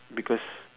because